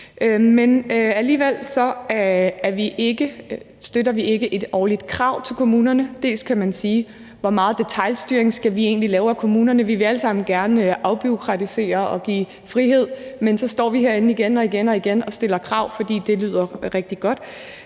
Men alligevel støtter vi ikke et årligt krav til kommunerne. Man kan spørge, hvor meget detailstyring vi egentlig skal lave af kommunerne. Vi vil alle sammen gerne afbureaukratisere og give frihed, men så står vi herinde igen og igen og stiller krav, fordi det lyder rigtig godt.